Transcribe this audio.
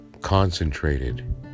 concentrated